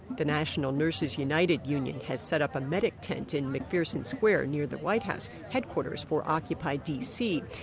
the national nurses united union has set up a medic tent in mcpherson square, near the white house. headquarters for occupy d c.